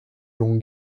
l’on